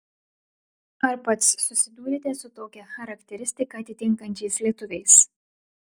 ar pats susidūrėte su tokią charakteristiką atitinkančiais lietuviais